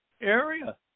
area